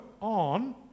on